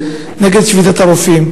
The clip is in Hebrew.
בעניין שביתת הרופאים.